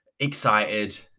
excited